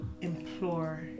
implore